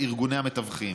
ארגוני המתווכים.